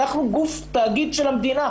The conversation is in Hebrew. אנחנו גוף, תאגיד של המדינה.